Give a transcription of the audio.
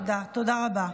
תודה רבה.